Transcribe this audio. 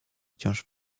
wciąż